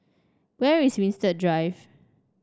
where is Winstedt Drive